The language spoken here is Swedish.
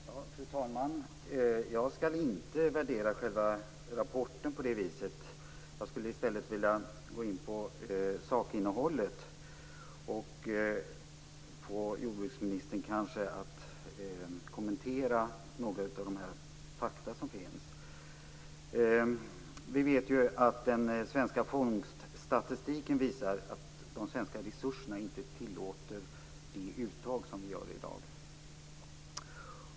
Fru talman! Jag skall inte värdera själva rapporten. Jag skulle i stället vilja gå in på sakinnehållet och kanske få jordbruksministern att kommentera några fakta. Vi vet ju att den svenska fångststatistiken visar att de svenska resurserna inte tillåter det uttag som görs i dag.